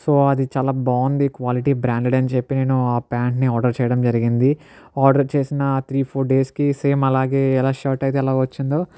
so అది చాలా బాగుంది క్వాలిటీ బ్రాండెడ్ అని చెప్పి నేను ఆ ప్యాంట్ని ఆర్డర్ చేయడం జరిగింది ఆర్డర్ చేసిన త్రీ ఫోర్ డేస్కి సేమ్ అలాగే ఎలా షర్ట్ అయితే ఎలా వచ్చిందో